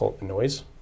noise